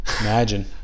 Imagine